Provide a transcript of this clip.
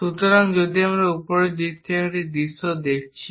সুতরাং যদি আমরা উপরের দিক থেকে একটি দৃশ্য দেখছি